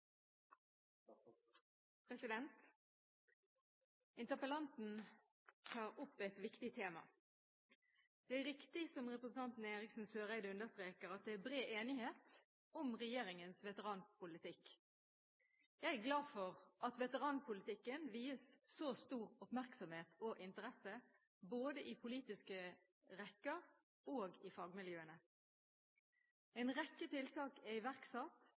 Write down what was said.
Interpellanten tar opp et viktig tema. Det er riktig som representanten Eriksen Søreide understreker, at det er bred enighet om regjeringens veteranpolitikk. Jeg er glad for at veteranpolitikken vies så stor oppmerksomhet og interesse, både i politiske rekker og i fagmiljøene. En rekke tiltak er iverksatt,